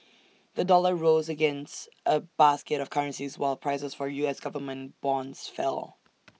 the dollar rose against A basket of currencies while prices for U S Government bonds fell